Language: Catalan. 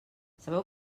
sabeu